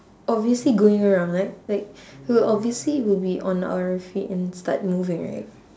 obviously going around like like we will obviously we'll be on our feet and start moving right